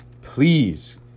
Please